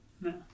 no